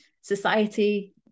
society